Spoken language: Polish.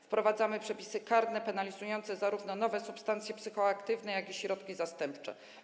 Wprowadza on przepisy karne penalizujące zarówno nowe substancje psychoaktywne, jak i środki zastępcze.